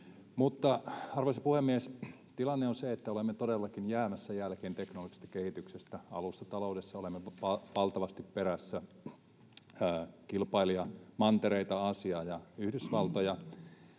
Arvoisa puhemies! Mutta tilanne on se, että olemme todellakin jäämässä jälkeen teknologisesta kehityksestä. Alustataloudessa olemme valtavasti perässä kilpailijamantereita Aasiaa ja Yhdysvaltoja.